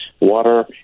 water